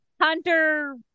Hunter